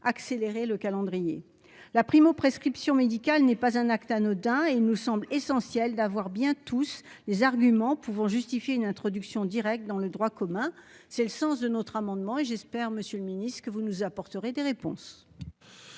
accélérer le calendrier. La primo-prescription médicale n'est pas un acte anodin et il nous semble essentiel d'avoir bien tous les arguments pour justifier une introduction directe dans le droit commun. C'est le sens de notre amendement et j'espère, Monsieur le Ministre, ce que vous nous apporterez des réponses.